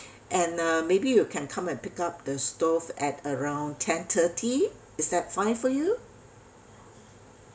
and uh maybe you can come and pick up the stove at around ten thirty is that fine for you